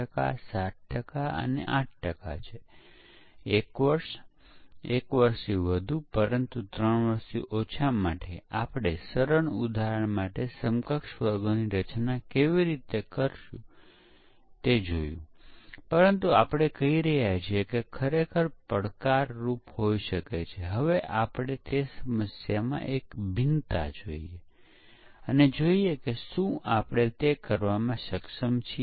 તેથી શરૂઆતના સમયમાં લગભગ 50 60 વર્ષ પહેલાં જ્યારે પ્રોગ્રામર પરીક્ષણ કરતો હતો ત્યારે તે સંભવત કેટલાક ઇનપુટ માટે પરીક્ષણ કરતાં જે મંકી પરીક્ષણ તરીકે ઓળખાતું હતું પરંતુ પછી છેલ્લા દાયકામાં ખૂબ ડેવલપમેંટ થયો છે જેથી પરીક્ષણ ખૂબ જ વિશિષ્ટ અને ખૂબ જ વ્યવસાયિક કરવામાં આવે છે